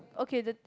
okay the